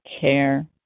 care